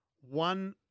one